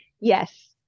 Yes